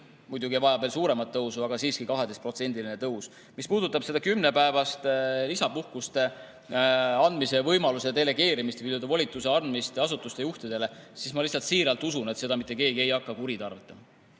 muidugi vajab see palk veel suuremat tõusu, aga siiski –, 12%‑line tõus. Mis puudutab seda kümnepäevase lisapuhkuse andmise võimaluse delegeerimist või nii‑öelda volituse andmist asutuste juhtidele, siis ma lihtsalt siiralt usun, et mitte keegi ei hakka seda kuritarvitama.